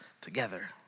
together